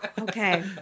Okay